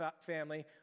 family